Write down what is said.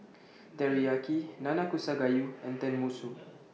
Teriyaki Nanakusa Gayu and Tenmusu